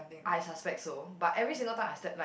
I suspect so but every single time I step like